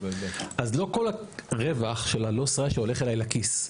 אז לא כל הרווח של ה-"לוס רשיו" הולך אליי לכיס.